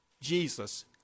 Jesus